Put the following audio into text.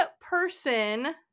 person